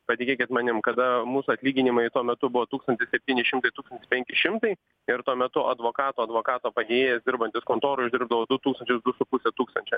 patikėkit manim kada mūsų atlyginimai tuo metu buvo tūkstantis septyni šimtai tūkstantis penki šimtai ir tuo metu advokato advokato padėjėjas dirbantis kontoroj uždirbdavo du tūkstančius du su puse tūkstančio